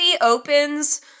opens